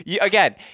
Again